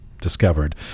discovered